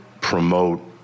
promote